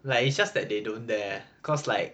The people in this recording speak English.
like it's just that they don't dare cause like